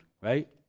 right